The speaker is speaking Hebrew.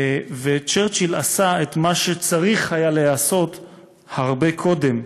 וצ'רצ'יל עשה את מה שצריך היה להיעשות הרבה קודם: